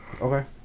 Okay